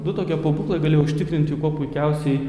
du tokie pabūklai gali užtikrinti kuo puikiausiai